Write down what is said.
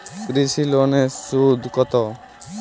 কৃষি লোনের সুদ কত?